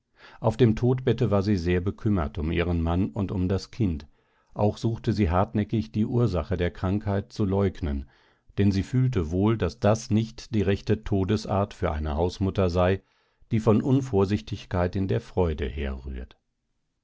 auf dem todbette war sie sehr bekümmert um ihren mann und um das kind auch suchte sie hartnäckig die ursache der krankheit zu leugnen denn sie fühlte wohl daß das nicht die rechte todesart für eine hausmutter sei die von unvorsichtigkeit in der freude herrührt